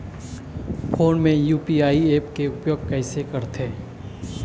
Phone मे UPI app के उपयोग कइसे करथे?